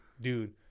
Dude